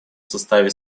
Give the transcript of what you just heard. составе